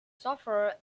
sufferer